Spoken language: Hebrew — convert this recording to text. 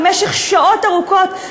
במשך שעות ארוכות,